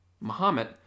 Muhammad